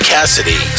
Cassidy